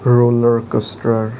roller coaster